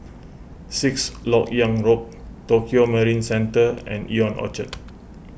Sixth Lok Yang Road Tokio Marine Centre and Ion Orchard